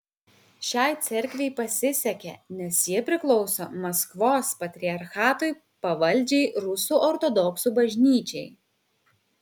šiai cerkvei pasisekė nes ji priklauso maskvos patriarchatui pavaldžiai rusų ortodoksų bažnyčiai